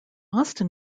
austin